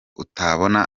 utabona